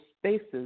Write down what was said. spaces